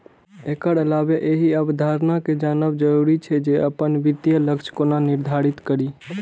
एकर अलावे एहि अवधारणा कें जानब जरूरी छै, जे अपन वित्तीय लक्ष्य कोना निर्धारित करी